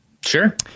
sure